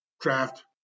draft